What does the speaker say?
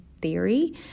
theory